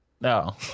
No